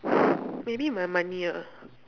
maybe my money ah